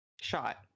shot